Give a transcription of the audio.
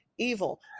evil